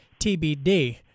TBD